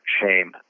shame